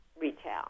retail